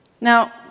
Now